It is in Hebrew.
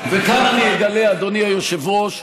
וכאן אני אגלה, אדוני היושב-ראש,